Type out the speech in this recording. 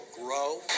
grow